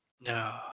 No